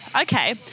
Okay